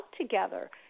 together